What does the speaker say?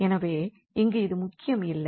எனவே இங்கு இது முக்கியம் இல்லை